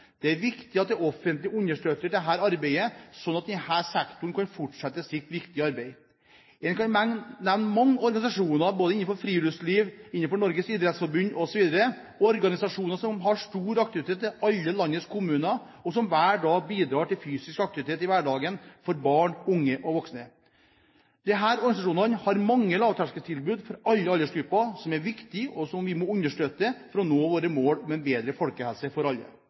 Det er viktig at det offentlige understøtter dette arbeidet, slik at denne sektoren kan fortsette sitt viktige arbeid. En kan nevne mange organisasjoner både innenfor friluftsliv og annet – bl.a. Norges Idrettsforbund – som har stor aktivitet i alle landets kommuner, og som hver dag bidrar til fysisk aktivitet i hverdagen for barn, unge og voksne. Disse organisasjonene har mange lavterskeltilbud til alle aldersgrupper, som er viktige og som vi må understøtte for å nå våre mål om en bedre folkehelse for alle.